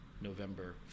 november